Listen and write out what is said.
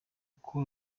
uko